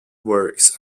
works